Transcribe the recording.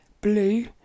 blue